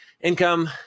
Income